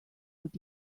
would